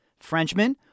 Frenchman